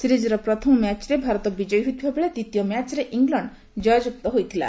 ସିରିଜର ପ୍ରଥମ ମ୍ୟାଚରେ ଭାରତ ବିଜୟୀ ହୋଇଥିବାବେଳେ ଦ୍ୱିତୀୟ ମ୍ୟାଚରେ ଇଂଲଣ୍ଡ ଜୟଯୁକ୍ତ ହୋଇଥିଲା